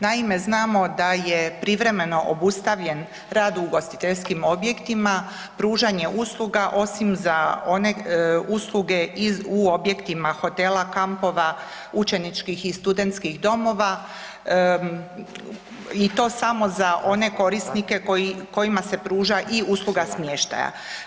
Naime, znamo da je privremeno obustavljen rad u ugostiteljskim objektima, pružanje usluga osim za one usluge u objektima hotela, kampova, učeničkih i studentskih domova i to samo za one korisnike kojima se pruža i usluga smještaja.